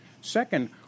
Second